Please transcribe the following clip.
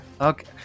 Okay